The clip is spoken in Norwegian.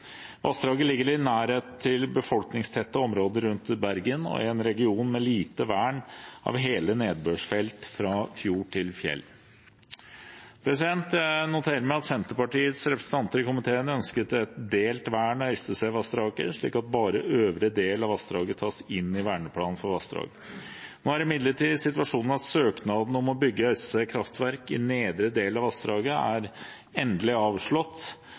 Vassdraget ligger i nærhet til befolkningstette områder rundt Bergen og i en region med lite vern av hele nedbørsfelt fra fjord til fjell. Jeg noterer meg at Senterpartiets representanter i komiteen ønsket et delt vern av Øystesevassdraget, slik at bare øvre del av vassdraget tas inn i Verneplan for vassdrag. Nå er imidlertid situasjonen at søknaden om å bygge Øystese kraftverk i nedre del av vassdraget er endelig avslått